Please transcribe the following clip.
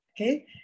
okay